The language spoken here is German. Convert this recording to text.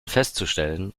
festzustellen